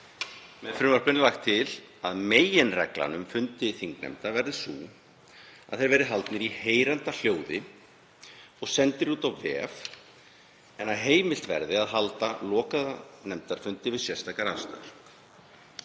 Með frumvarpinu er lagt til að meginreglan um fundi þingnefnda verði sú að þeir verði haldnir í heyranda hljóði og sendir út á vef en að heimilt verði að halda lokaða nefndarfundi við sérstakar aðstæður.